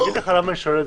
אגיד לך למה אני שואל.